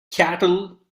cattle